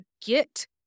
get